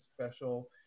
special